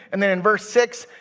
and then in verse six,